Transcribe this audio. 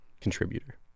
contributor